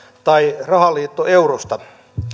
tai rahaliitosta eurosta